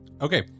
Okay